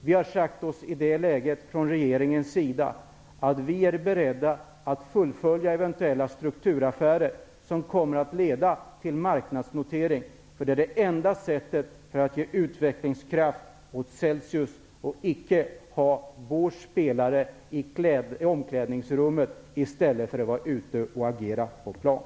Vi har från regeringens sida sagt oss i det läget att vi är beredda att fullfölja eventuella strukturaffärer som kommer att leda till marknadsnotering, därför att det är det enda sättet att ge utvecklingskraft åt Celsius och icke ha vår spelare i omklädningsrummet i stället för att vara ute och agera på plan.